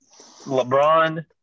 LeBron